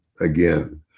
Again